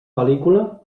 pel·lícula